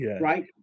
right